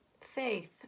faith